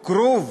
כרוב,